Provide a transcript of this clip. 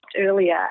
earlier